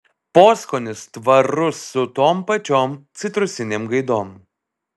poskonis tvarus su tom pačiom citrusinėm gaidom